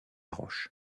roche